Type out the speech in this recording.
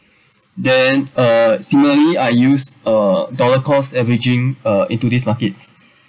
then uh similarly I use uh dollar cost averaging uh into today's markets